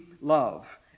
love